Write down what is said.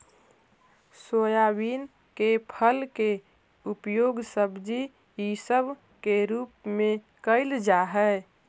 soybean के फल के उपयोग सब्जी इसब के रूप में कयल जा हई